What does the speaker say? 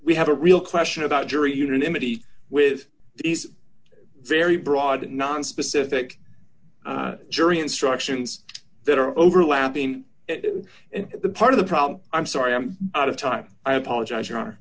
we have a real question about jury unanimity with these very broad nonspecific jury instructions that are overlapping and the part of the problem i'm sorry i'm out of time i apologize you